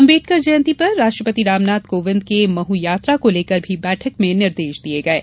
अंबेडकर जयंती पर राष्ट्रपति रामनाथ कोविन्द के मह यात्रा को लेकर भी बैठक में निर्देश दिये गये